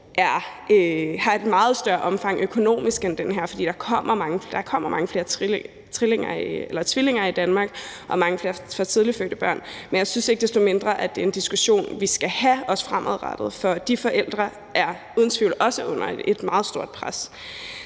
har et meget større omfang økonomisk set end den her, fordi der kommer mange flere tvillinger i Danmark og mange flere for tidligt fødte børn, men jeg synes ikke desto mindre, at det er en diskussion, vi skal have også fremadrettet, for de forældre er uden tvivl også under et meget stort pres.